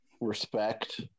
Respect